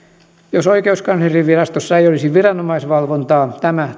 jos oikeuskanslerinvirastossa ei olisi viranomaisvalvontaa tämä